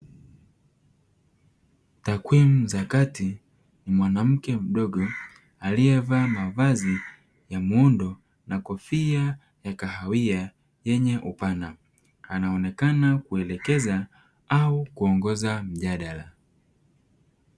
Takwimu za kati; ni mwanamke mdogo aliyevaa mavazi ya muundo na kofia ya kahawia yenye upana, anaonekana kuelekeza au kuongoza mjadala.